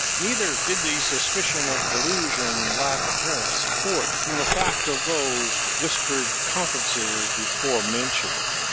neither did the suspicion of collusion lack apparent support, from the fact of those whispered conferences before mentioned.